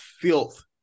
filth